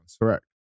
Correct